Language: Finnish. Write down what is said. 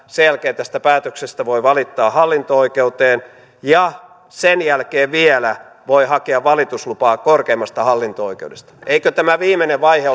sen jälkeen tästä päätöksestä voi valittaa hallinto oikeuteen ja sen jälkeen vielä voi hakea valituslupaa korkeimmasta hallinto oikeudesta eikö tämä viimeinen vaihe